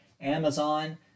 Amazon